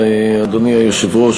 אדוני היושב-ראש,